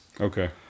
Okay